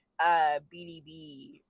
BDB